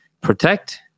protect